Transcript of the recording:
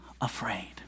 afraid